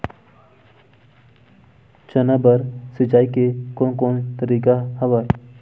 चना बर सिंचाई के कोन कोन तरीका हवय?